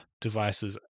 devices